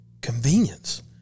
convenience